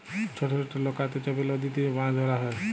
ছট ছট লকাতে চাপে লদীতে যে মাছ ধরা হ্যয়